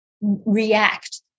react